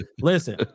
Listen